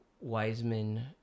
Wiseman